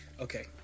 Okay